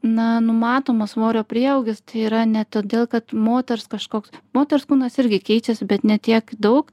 na numatomo svorio prieaugis tai yra ne todėl kad moters kažkoks moters kūnas irgi keičiasi bet ne tiek daug